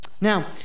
Now